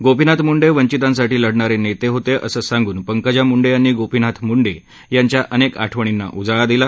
गोपीनाथ मुंडे वंचितांसाठी लढणारे होते असं सांगून पंकजा मुंडे यांनी गोपीनाथ मुंडे यांच्या अनेक आठवणींना उजळा दिला